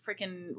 freaking